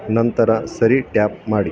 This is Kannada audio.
ನಂತರ ಸರಿ ಟ್ಯಾಪ್ ಮಾಡಿ